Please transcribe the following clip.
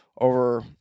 over